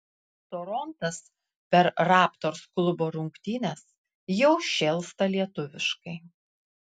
torontas per raptors klubo rungtynes jau šėlsta lietuviškai